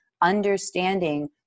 understanding